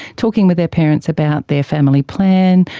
talking with their parents about their family plan,